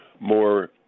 more